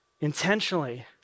intentionally